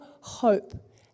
hope